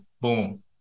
Boom